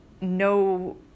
no